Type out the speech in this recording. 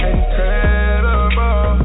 Incredible